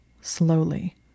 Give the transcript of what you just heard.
slowly